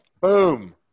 Boom